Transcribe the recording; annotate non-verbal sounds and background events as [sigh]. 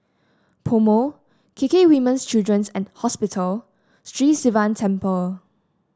PoMo K K Women's Children's [unintelligible] Hospital Sri Sivan Temple